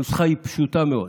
הנוסחה פשוטה מאוד.